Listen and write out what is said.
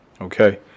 okay